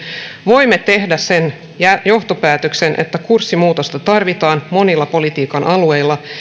voimme tehdä sen johtopäätöksen että kurssimuutosta tarvitaan monilla politiikan alueilla